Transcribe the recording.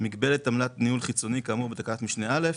מגבלת עמלת ניהול חיצוני כאמור בתקנת משנה (א),